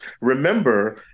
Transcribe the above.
remember